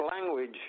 language